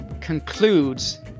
concludes